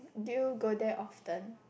do you go there often